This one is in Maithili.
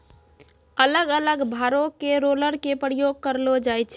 अलग अलग भारो के रोलर के प्रयोग करलो जाय छै